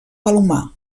palomar